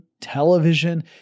television